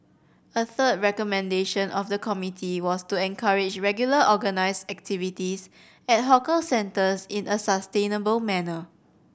a third recommendation of the committee was to encourage regular organised activities at hawker centres in a sustainable manner